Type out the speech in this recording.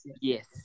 yes